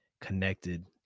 connected